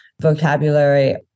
vocabulary